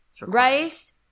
rice